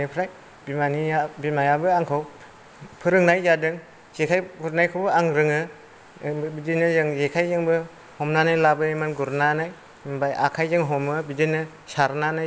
फोरोंनाय जादों जेखाइ गुरनायखौ आं रोङो ओमफ्राय बिदिनो जों जेखाइजोंबो हमनानै लाबोयोमोन गुरनानै ओमफ्राय आखायजों हमो बिदिनो सारनानै जों आखाइजों हमनानै लाबोयो बिदिनो